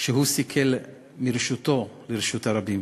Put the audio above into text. שהוא סיקל מרשותו לרשות הרבים.